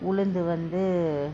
உளுந்து வந்து:ulunthu vanthu